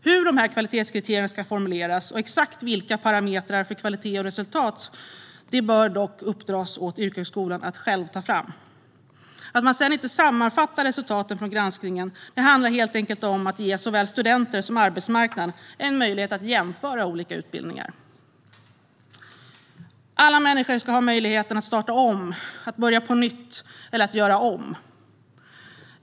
Hur dessa kvalitetskriterier ska formuleras - och exakt vilka parametrar för kvalitet och resultat som ska gälla - bör dock uppdras åt yrkeshögskolan att själv ta fram förslag på. Att man inte sammanfattar resultaten av granskningen handlar om att ge såväl studenter som arbetsmarknad möjlighet att jämföra olika utbildningar. Alla människor ska ha möjlighet att starta om, att börja på nytt eller att göra om.